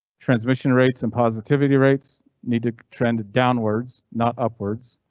transmission rates and positivity rates need to trend downwards, not upwards.